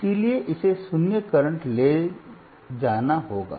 इसलिए इसे शून्य करंट ले जाना होगा